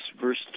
verse